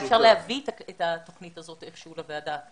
אולי אפשר להביא את התוכנית הזאת איפשהו לוועדה,